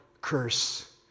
curse